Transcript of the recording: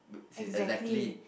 exactly